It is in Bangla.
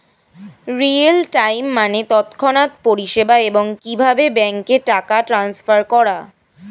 রিয়েল টাইম মানে তৎক্ষণাৎ পরিষেবা, এবং কিভাবে ব্যাংকে টাকা ট্রান্সফার করা